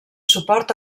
suport